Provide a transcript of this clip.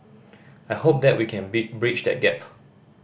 I hope that we can bit breach that gap